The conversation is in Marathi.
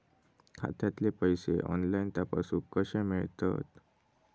खात्यातले पैसे ऑनलाइन तपासुक कशे मेलतत?